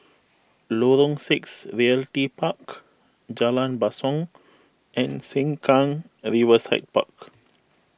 Lorong six Realty Park Jalan Basong and Sengkang Riverside Park